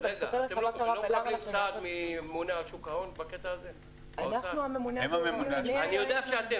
וגידים אנחנו מדברים על יוני 2021. אני בכוונה אומר את זה,